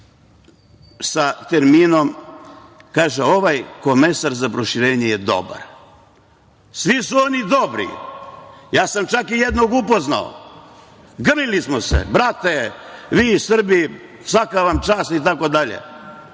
se sa terminom – ovaj komesar za proširenje je dobar. Svi su oni dobri. Ja sam čak jednog i upoznao, grlili smo se, brate, vi Srbi svaka vam čast, itd.